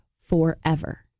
forever